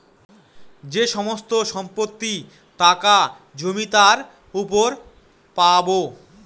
যে সমস্ত সম্পত্তি, টাকা, জমি তার উপর পাবো